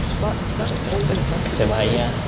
but that's all we have for this week.